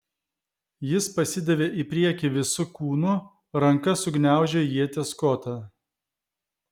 jis pasidavė į priekį visu kūnu ranka sugniaužė ieties kotą